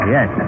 Yes